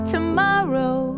Tomorrow